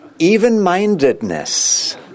Even-mindedness